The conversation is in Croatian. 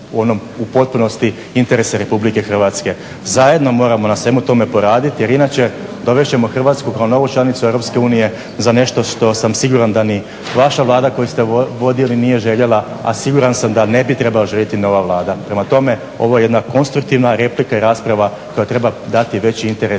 u potpunosti interese RH. Zajedno moramo na svemu tome poraditi jer inače dovest ćemo Hrvatsku kao novu članicu EU za nešto što sam siguran da ni vaša Vlada koju ste vodili nije željela, a siguran sam da ne bi trebala željeti ni ova Vlada. Prema tome, ovo je jedna konstruktivna replika i rasprava koja treba dati veći interes